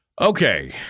Okay